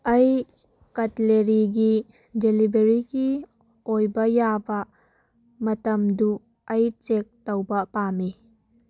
ꯑꯩ ꯀꯠꯂꯦꯔꯤꯒꯤ ꯗꯤꯂꯤꯕꯔꯤꯒꯤ ꯑꯣꯏꯕ ꯌꯥꯕ ꯃꯇꯝꯗꯨ ꯑꯩ ꯆꯦꯛ ꯇꯧꯕ ꯄꯥꯝꯃꯤ